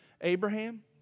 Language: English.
Abraham